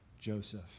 Joseph